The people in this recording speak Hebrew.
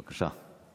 בבקשה.